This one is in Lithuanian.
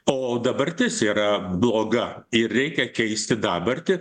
o dabartis yra bloga ir reikia keisti dabartį